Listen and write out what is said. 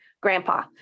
grandpa